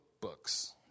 books